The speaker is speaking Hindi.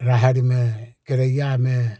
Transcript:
अरहर में केरइया में